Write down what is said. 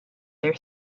their